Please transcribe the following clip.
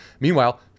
Meanwhile